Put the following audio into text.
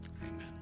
amen